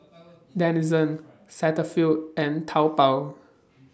Denizen Cetaphil and Taobao